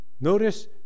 Notice